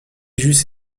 j’eusse